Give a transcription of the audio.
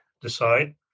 decide